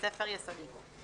התש"ף-2020 (להלן